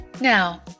Now